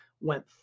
went